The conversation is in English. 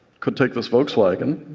could take this volkswagen,